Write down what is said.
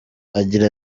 agira